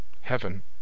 heaven